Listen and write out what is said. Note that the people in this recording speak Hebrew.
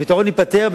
הפתרון יימצא?